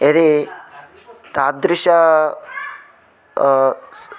यदि तादृशम् स्